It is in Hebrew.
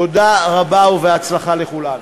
תודה רבה, ובהצלחה לכולנו.